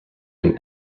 been